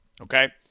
okay